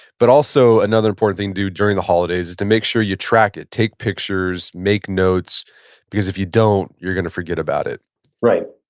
but also another important thing to do during the holidays is to make sure you track it. take pictures, make notes because if you don't you're going to forget about it right.